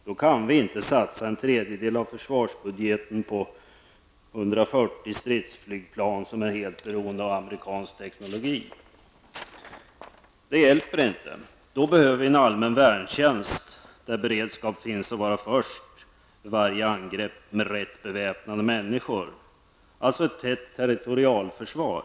Då kan vi inte satsa en tredjedel av försvarsbudgeten på 140 stridsflygplan som är helt beroende av amerikansk teknologi. Det hjälper inte. Då behöver vi en allmän värntjänst och beredskap för att vara först vid varje angrepp och ha rätt beväpnade människor, dvs. ett tätt territorialförsvar.